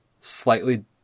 slightly